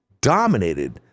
dominated